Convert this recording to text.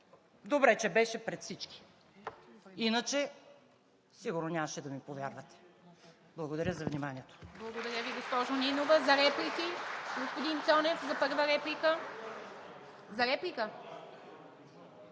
Добре че беше пред всички, иначе сигурно нямаше да ми повярвате. Благодаря за вниманието.